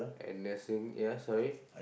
and nursing ya sorry